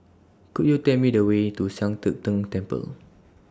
Could YOU Tell Me The Way to Sian Teck Tng Temple